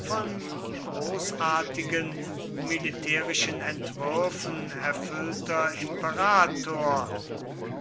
von großartigen militärischen entwürfen erfüllter imperator